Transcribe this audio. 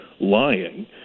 lying